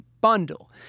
bundle